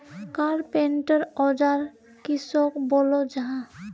Carpenter औजार किसोक बोलो जाहा?